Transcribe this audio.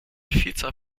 vielzahl